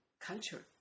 culture